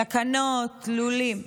תקנות לולים.